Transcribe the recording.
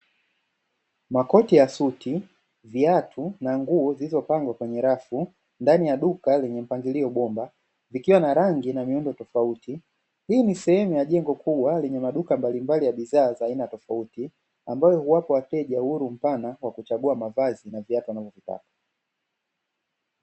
Makoti ya suti, viatu na nguo zilivyopangwa kwenye rafu ndani ya duka lenye mpangilio bomba zikiwa na rangi na miundo tofauti. Hii ni sehemu ya jengo kubwa lenye maduka ya bidhaa tofauti ambayo huwapa wateja uhuru mpana wa kuchagua mavazi na viatu wanavyovitaka.